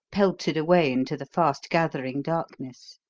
pelted away into the fast-gathering darkness.